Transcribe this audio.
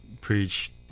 preach